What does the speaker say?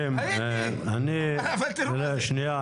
שנייה,